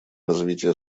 развития